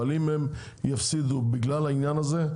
אבל אם הם יפסידו בגלל העניין הזה,